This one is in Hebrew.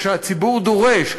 כשהציבור דורש,